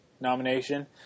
nomination